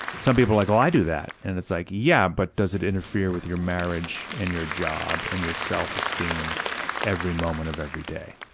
some people are like well i do that, and it's like yeah, but does it interfere with your marriage and your job and your self-esteem every moment of every day?